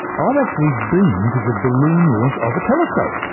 i've actually been to the balloon launch of a telescope.